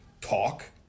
talk